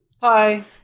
Hi